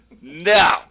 No